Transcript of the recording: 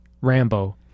Rambo